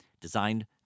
designed